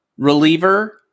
reliever